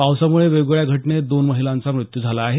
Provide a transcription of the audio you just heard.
पावसामुळे वेगवेगळ्या घटनेत दोन महिलांचा मृत्यू झाला आहे